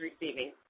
receiving